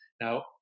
Now